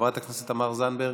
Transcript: חברת הכנסת תמר זנדברג,